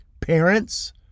Parents